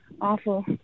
awful